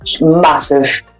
massive